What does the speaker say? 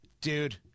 Dude